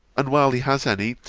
and while he has any,